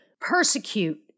persecute